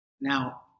Now